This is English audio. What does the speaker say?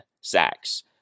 sacks